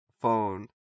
phone